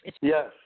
Yes